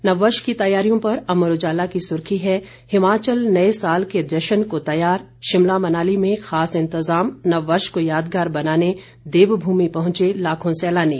नव वर्ष की तैयारियों पर अमर उजाला की सुर्खी है हिमाचल नए साल के जश्न को तैयार शिमला मनाली में खास इंतज़ाम नव वर्ष को यादगार बनाने देवभूमि पहुंचे लाखों सैलानी